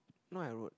not I wrote